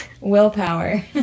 Willpower